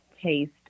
taste